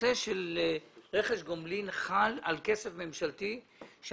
הנושא של רכש גומלין חל על כסף ממשלתי כאשר